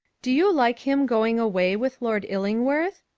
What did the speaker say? do you like him going away with lord illingworth?